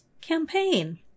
campaign